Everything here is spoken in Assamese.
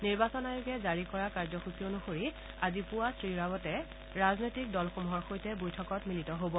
নিৰ্বাচন আয়োগে জাৰি কৰা কাৰ্যসূচী অনুসৰি আজি পুৱা শ্ৰীৰাৱটে ৰাজনৈতিক দলসমূহৰ সৈতে বৈঠকত মিলিত হ'ব